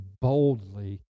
boldly